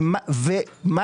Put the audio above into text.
ומה